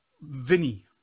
Vinny